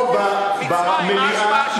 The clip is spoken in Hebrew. פה במליאה, מצרים, מה ההשפעה שלה על עזה?